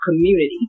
community